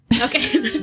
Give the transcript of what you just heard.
Okay